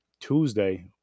Tuesday